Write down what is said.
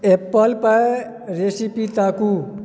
Apple पाइरेसीपी ताकू